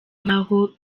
nkaho